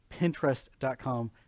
pinterest.com